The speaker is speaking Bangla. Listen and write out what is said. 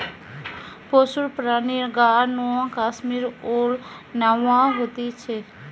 পশুর প্রাণীর গা নু কাশ্মীর উল ন্যাওয়া হতিছে